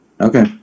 Okay